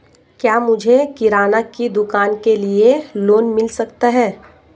क्या मुझे किराना की दुकान के लिए लोंन मिल सकता है?